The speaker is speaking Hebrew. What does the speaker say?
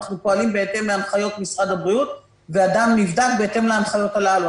אנחנו פועלים בהתאם להנחיות משרד הבריאות ואדם נבדק בהתאם להנחיות הללו.